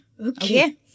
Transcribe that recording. Okay